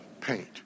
paint